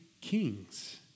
kings